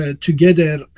together